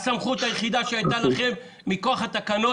הסמכות היחידה שהייתה לכם מכוח התקנות